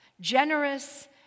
generous